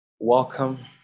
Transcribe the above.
Welcome